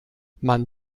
man